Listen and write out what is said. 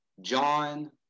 John